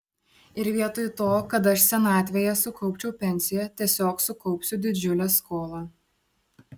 ir vietoj to kad aš senatvėje sukaupčiau pensiją tiesiog sukaupsiu didžiulę skolą